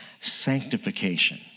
Sanctification